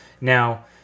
now